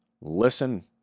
listen